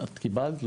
את קיבלת?